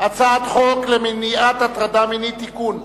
הצעת חוק למניעת הטרדה מינית (תיקון,